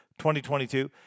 2022